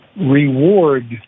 reward